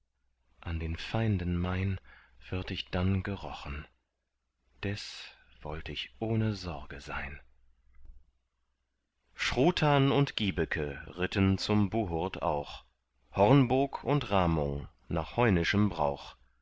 an den feinden mein würd ich dann gerochen des wollt ich ohne sorge sein schrutan und gibeke ritten zum buhurd auch hornbog und ramung nach heunischem brauch